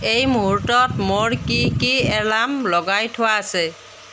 এই মুহূৰ্তত মোৰ কি কি এলাৰ্ম লগাই থোৱা আছে